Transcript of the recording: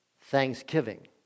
thanksgiving